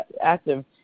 active